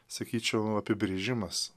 sakyčiau apibrėžimas